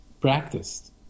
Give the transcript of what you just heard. practiced